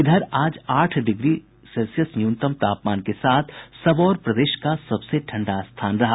इधर आज आठ डिग्री सेल्सियस न्यूनतम तापमान के साथ सबौर प्रदेश का सबसे ठंडा स्थान रहा